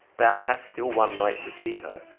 thou hast still one night to see her,